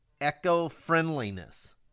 eco-friendliness